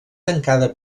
tancada